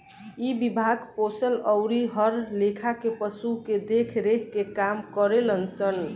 इ विभाग पोसल अउरी हर लेखा के पशु के देख रेख के काम करेलन सन